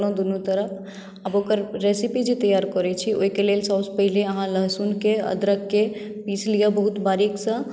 अब ओकर रेसिपी जे तैयार करै छी ओहिकेँ सभसँ पहिने लहसुनकेँ अदरखकेँ पीस लियौ बहुत बारीकसँ